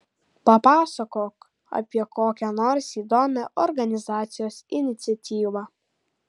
papasakok apie kokią nors įdomią organizacijos iniciatyvą